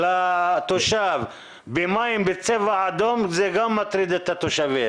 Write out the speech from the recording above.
לתושב במים בצבע אדום, זה גם מטריד את התושבים.